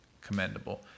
commendable